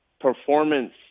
performance